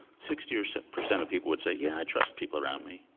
sixty percent percent of people would say, yeah i trust people around me.